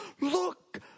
look